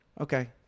okay